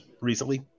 recently